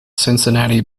cincinnati